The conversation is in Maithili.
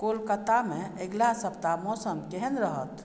कोलकातामे अगिला सप्ताह मौसम केहन रहत